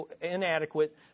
inadequate